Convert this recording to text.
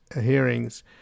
hearings